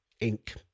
ink